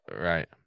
Right